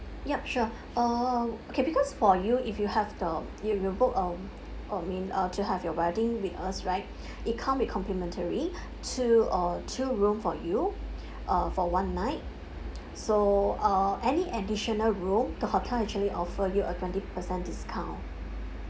yup sure uh okay because for you if you have the you will book uh uh mean uh to have your wedding with us right it come with complimentary two uh two room for you uh for one night so uh any additional room the hotel actually offer you a twenty percent discount